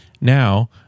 Now